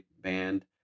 Band